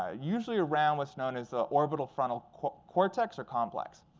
ah usually around what's known as the orbital frontal cortex or complex.